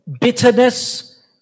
bitterness